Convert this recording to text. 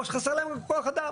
או שחסר להם כוח אדם.